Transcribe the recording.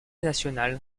nationale